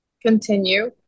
Continue